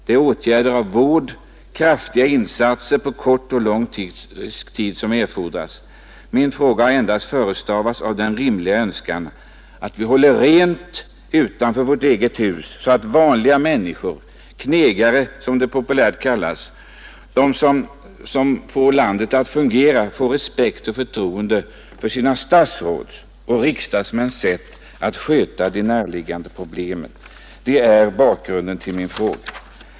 Det är åtgärder av vård, kraftiga insatser på kort och lång sikt som erfordras. Min fråga har endast förestavats av den rimliga önskan att vi håller rent utanför vårt eget hus, så att vanliga människor — knegarna, som de populärt kallas, de som får det här landet att fungera — får respekt och förtroende för sina statsråds och riksdagsmäns sätt att sköta de närliggande problemen. Det är bakgrunden till min fråga.